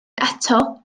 eto